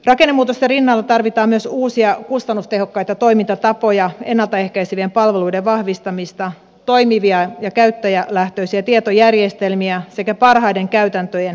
rakennemuutosten rinnalla tarvitaan myös uusia kustannustehokkaita toimintatapoja ennaltaehkäisevien palveluiden vahvistamista toimivia ja käyttäjälähtöisiä tietojärjestelmiä sekä parhaiden käytäntöjen edistämistä